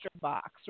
box